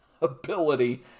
ability